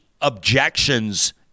objections